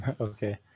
Okay